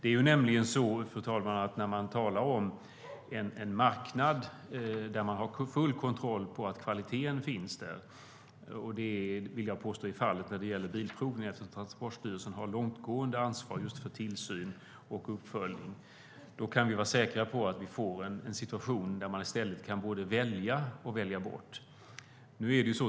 När vi talar om en marknad där man har full kontroll på att kvaliteten finns - jag vill påstå att det är fallet när det gäller bilprovningen, eftersom Transportstyrelsen har ett långtgående ansvar just för tillsyn och uppföljning - kan vi nämligen vara säkra på att vi får en situation där vi i stället kan både välja och välja bort.